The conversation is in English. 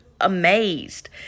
amazed